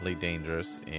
dangerous